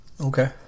Okay